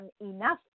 enough